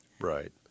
right